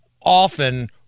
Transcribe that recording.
often